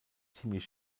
ziemlich